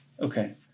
Okay